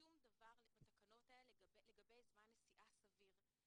שום דבר בתקנות האלה לגבי זמן נסיעה סביר.